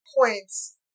points